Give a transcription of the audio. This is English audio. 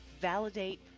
Validate